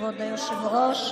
כבוד היושב-ראש,